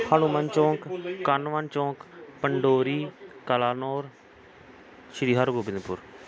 Hanuman Chowk Kanman Chowk Pandori Kalanaur Sri Hargobindpur